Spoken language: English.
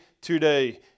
today